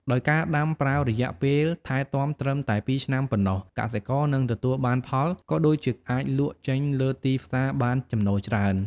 ដោយការដាំប្រើរយៈពេលថែទាំត្រឹមតែពីរឆ្នាំប៉ុណ្ណោះ កសិករនឹងទទួលបានផល ក៏ដូចជាអាចលក់ចេញលើទីផ្សាបានចំណូលច្រើន។